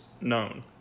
known